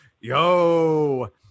yo